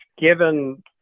given